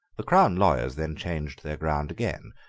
the crown lawyers then changed their ground again,